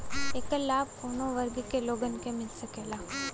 ऐकर लाभ काउने वर्ग के लोगन के मिल सकेला?